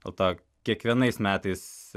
o tą kiekvienais metais